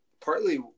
partly